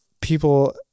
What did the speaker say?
People